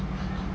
hmm hmm